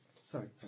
Sorry